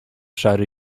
szary